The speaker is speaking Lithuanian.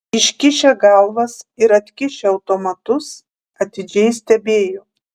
iškišę galvas ir atkišę automatus atidžiai stebėjo